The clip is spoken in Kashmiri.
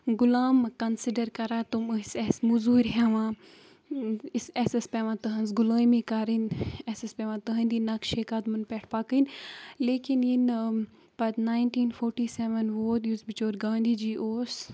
غُلامہٕ کَنسِڈَر کَران تم ٲسۍ اَسہِ موزوٗرۍ ہیٚوان اَسہِ ٲسۍ پیٚوان تٕہٕنٛز غُلٲمی کَرٕنۍ اَسہِ ٲسۍ پیٚوان تٕہٕنٛدی نَقشہِ قدمَن پٮ۪ٹھ پَکٕنۍ لیکِن یِنہٕ پَتہٕ ناِینٹیٖن فوٹی سٮ۪وَن ووت یُس بِچور گاندھی جی اوس